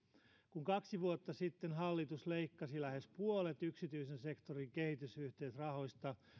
kun kaksi vuotta sitten hallitus leikkasi lähes puolet yksityisen sektorin kehitysyhteistyörahoista